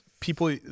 people